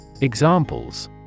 Examples